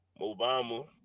Obama